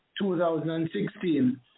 2016